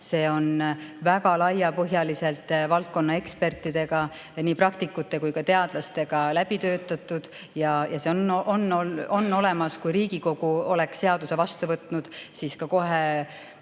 See on väga laiapõhjaliselt valdkonna ekspertidega, nii praktikute kui ka teadlastega, läbi töötatud ja see on olemas. Kui Riigikogu oleks seaduse vastu võtnud, siis kohe